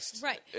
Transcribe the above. Right